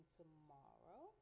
tomorrow